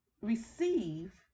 receive